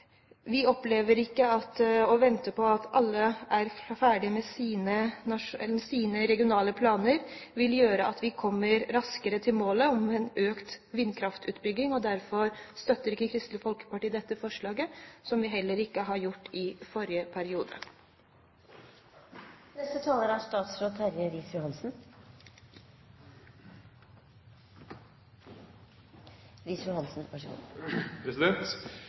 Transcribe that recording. Vi opplever ikke at det å vente på at alle er ferdige med sine regionale planer, vil gjøre at vi kommer raskere til målet om en økt vindkraftutbygging. Derfor støtter ikke Kristelig Folkeparti dette forslaget, som vi heller ikke gjorde i forrige periode.